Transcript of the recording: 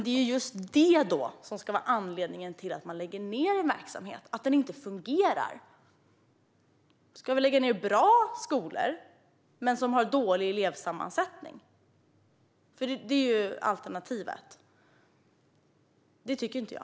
Det är just detta - att den inte fungerar - som ska vara anledningen till att man lägger ned en verksamhet. Ska vi lägga ned bra skolor som har en dålig elevsammansättning? Det är nämligen alternativet. Det tycker inte jag.